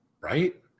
right